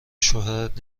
شوهرت